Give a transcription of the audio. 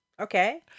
Okay